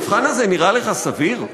המבחן הזה נראה לך סביר?